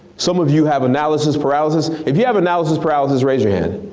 some of you have analysis paralysis. if you have analysis paralysis, raise your hand.